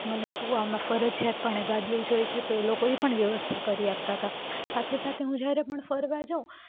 મને સુવામાં ફરજિયાતપણે ગાદલું જોઈએ છે તો એ લોકો એ પણ વ્યવસ્થા કરી આપતા હતા સાથે સાથે હું જ્યારે પણ ફરવા જાઉં